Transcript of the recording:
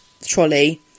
trolley